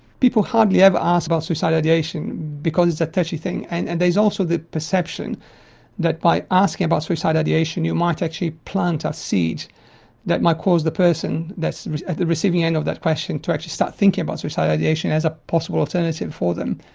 people hardly ever ask about suicidal ideation because it's a touchy thing and and there's also the perception that by asking about suicidal ideation you might actually plant a ah seed that might cause the person that's at the receiving end of that question to actually start thinking about suicidal ideation as a possible alternative for them.